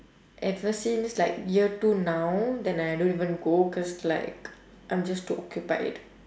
every since like year two now then I don't even go cause like I'm just too occupied